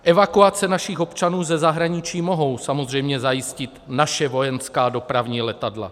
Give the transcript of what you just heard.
Evakuace našich občanů ze zahraničí mohou samozřejmě zajistit naše vojenská dopravní letadla.